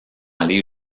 aller